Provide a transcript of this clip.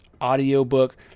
audiobook